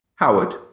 Howard